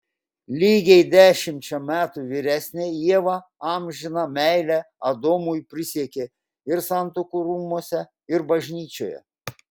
lygiai dešimčia metų vyresnė ieva amžiną meilę adomui prisiekė ir santuokų rūmuose ir bažnyčioje